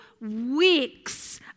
weeks